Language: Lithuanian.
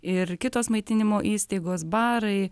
ir kitos maitinimo įstaigos barai